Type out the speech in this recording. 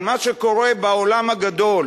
על מה שקורה בעולם הגדול,